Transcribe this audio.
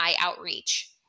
outreach